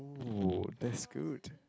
woo that's good